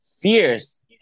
fierce